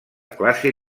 classe